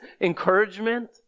encouragement